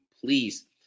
please